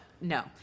No